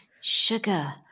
Sugar